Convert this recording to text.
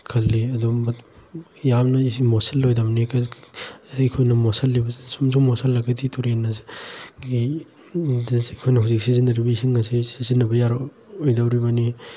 ꯈꯜꯂꯤ ꯑꯗꯨꯝꯕ ꯌꯥꯝꯅ ꯃꯣꯠꯁꯤꯜꯂꯣꯏꯗꯝꯅꯤ ꯑꯩꯈꯣꯏꯅ ꯃꯣꯠꯁꯤꯜꯂꯤꯕ ꯁꯨꯝ ꯁꯨꯝ ꯃꯣꯠꯁꯤꯜꯂꯒꯗꯤ ꯇꯨꯔꯦꯟꯗꯒꯤ ꯑꯩꯈꯣꯏꯅ ꯍꯧꯖꯤꯛ ꯁꯤꯖꯤꯟꯅꯔꯤꯕ ꯏꯁꯤꯡ ꯑꯁꯤ ꯁꯤꯖꯤꯟꯅꯕ ꯌꯥꯔꯛꯑꯣꯏꯗꯧꯔꯤꯕꯅꯤ